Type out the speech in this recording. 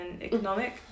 economic